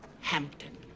Hampton